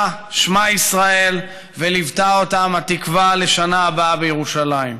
"שמע ישראל" וליוותה אותם התקווה "לשנה הבאה בירושלים".